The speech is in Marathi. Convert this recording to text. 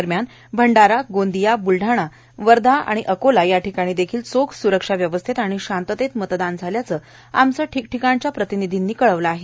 दरम्यान भंडारा गोंदिया ब्लढाणा वर्धा अकोला या ठिकाणी देखील चोख स्रक्षा व्यवस्थेत आणि शांततेत मतदान झाल्याचं आमच्या ठिकठिकाणच्या प्रतिनिधीने कळवलं आहे